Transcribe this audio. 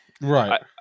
Right